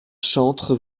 chantres